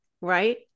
right